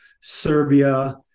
Serbia